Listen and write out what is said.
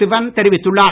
சிவன் தெரிவித்துள்ளார்